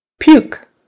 puke